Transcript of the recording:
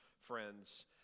friends